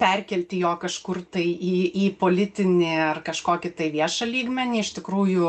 perkelti jo kažkur tai į į politinį ar kažkokį tai viešą lygmenį iš tikrųjų